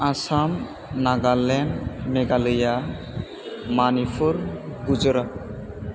Assam Nagaland Meghalaya Manipur Gujarat